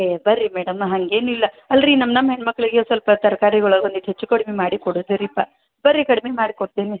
ಏಯ್ ಬನ್ರಿ ಮೇಡಮ್ ನಾನು ಹಾಗೇನಿಲ್ಲ ಅಲ್ಲ ರೀ ನಮ್ಮ ನಮ್ಮ ಹೆಣ್ಣು ಮಕ್ಕಳಿಗೆ ಸ್ವಲ್ಪ ತರಕಾರಿಗಳು ಒಂದು ಇಷ್ಟ್ ಹೆಚ್ಚು ಕಡ್ಮೆ ಮಾಡಿ ಕೊಡುವುದೇ ರೀ ಪಾ ಬನ್ರಿ ಕಡ್ಮೆ ಮಾಡಿ ಕೊಡ್ತೀನಿ